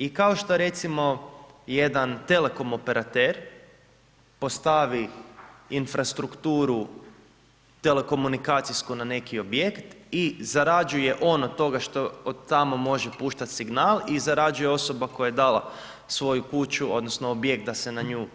I kao što recimo jedan telekom operater postavi infrastrukturu telekomunikacijsku na neki objekt i zarađuje on od toga što od tamo može puštati signal i zarađuje osoba koja je dala svoju kuću, odnosno objekt da se na nju